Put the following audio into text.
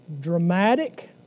dramatic